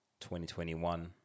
2021